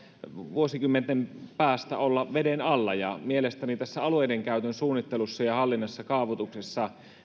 vuosikymmenten päästä olla veden alla mielestäni alueiden käytön suunnittelussa ja hallinnassa kaavoituksessa